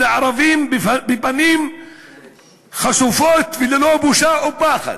הערבים בפנים חשופות וללא בושה או פחד,